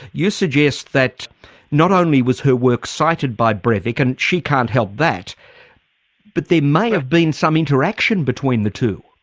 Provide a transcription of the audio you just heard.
you suggest that not only was her work cited by breivik and she can't help that but there may have been some interaction between the two.